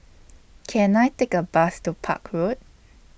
Can I Take A Bus to Park Road